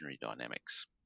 dynamics